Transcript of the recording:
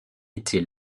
était